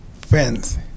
friends